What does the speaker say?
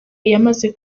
yamaze